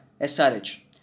SRH